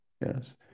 yes